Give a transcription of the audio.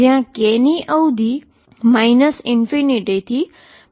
જ્યાં K ની અવધી ∞ થી ∞ ધરાવે છે